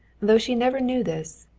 though she never knew this,